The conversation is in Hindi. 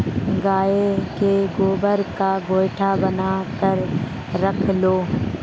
गाय के गोबर का गोएठा बनाकर रख लो